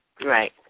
Right